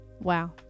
Wow